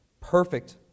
perfect